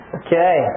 okay